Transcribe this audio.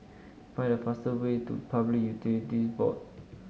find the fastest way to Public Utilities Board